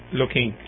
looking